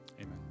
Amen